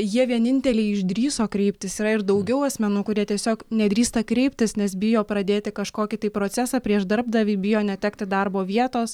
jie vieninteliai išdrįso kreiptis yra ir daugiau asmenų kurie tiesiog nedrįsta kreiptis nes bijo pradėti kažkokį tai procesą prieš darbdavį bijo netekti darbo vietos